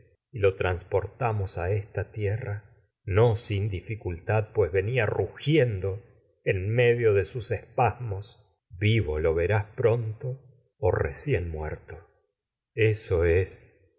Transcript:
y lo transportamos a esta no sin dificultad venía rugiendo en o medio espasmos vivo lo verás pronto que recién haber muerto eso es